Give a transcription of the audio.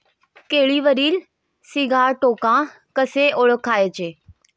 केळीवरील सिगाटोका कसे ओळखायचे?